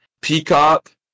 Peacock